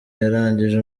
yarangije